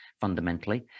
fundamentally